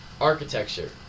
architecture